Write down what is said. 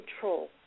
control